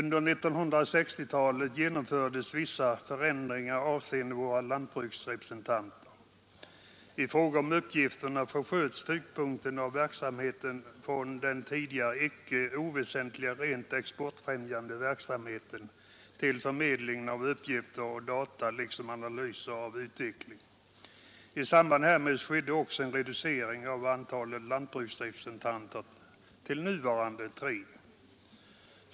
Under 1960-talet genomfördes vissa förändringar avseende våra lantbruksrepresentanter. I fråga om uppgifterna försköts tyngdpunkten från den tidigare icke oväsentliga rent exportfrämjande verksamheten till förmedlingen av uppgifter och data liksom analyser av utvecklingen. I samband härmed reducerades också antalet lantbruksrepresentanter till nuvarande tre.